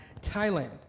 Thailand